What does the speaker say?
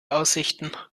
aussichten